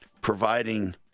providing